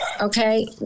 Okay